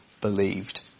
believed